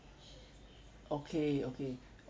okay okay